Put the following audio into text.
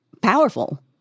powerful